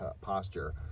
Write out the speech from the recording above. posture